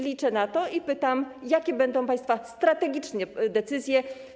Liczę na to i pytam: Jakie będą państwa strategiczne decyzje?